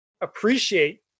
appreciate